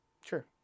sure